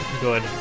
Good